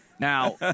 Now